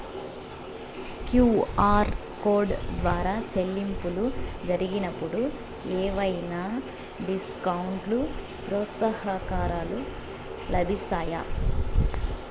QR code ద్వారా చెల్లింపులు జరిగినప్పుడు ఏవైనా డిస్కౌంట్ లు, ప్రోత్సాహకాలు లభిస్తాయా?